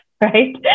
right